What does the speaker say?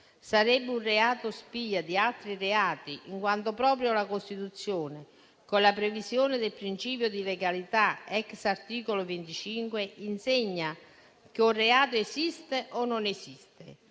sarebbe un reato spia di altri reati, in quanto proprio la Costituzione, con la previsione del principio di legalità *ex* articolo 25, insegna che un reato esiste o non esiste.